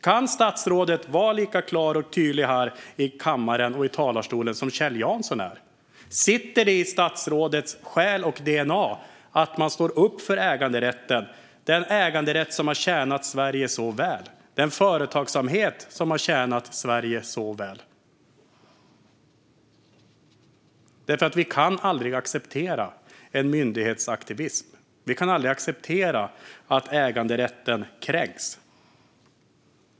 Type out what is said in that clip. Kan statsrådet vara lika klar och tydlig här i kammaren och i talarstolen som Kjell Jansson är? Sitter det i statsrådets själ och DNA att han står upp för äganderätten, den äganderätt som har tjänat Sverige så väl, och den företagsamhet som har tjänat Sverige så väl? Vi kan aldrig acceptera en myndighetsaktivism. Vi kan aldrig acceptera att äganderätten kränks.